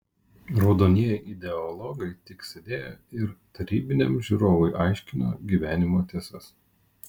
raudonieji ideologai tik sėdėjo ir tarybiniam žiūrovui aiškino gyvenimo tiesas